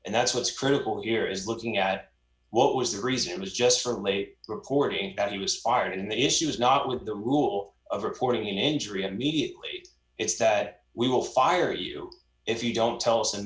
and that's what's critical here is looking at what was the reason it was just for late reporting that he was art and the issue was not with the rule of reporting injury immediately it's that we will fire you if you don't tell us